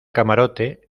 camarote